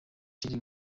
shiri